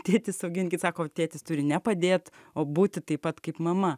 tėtis auginkit sako tėtis turi nepadėt o būti taip pat kaip mama